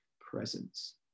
presence